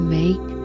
make